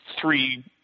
three